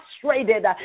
frustrated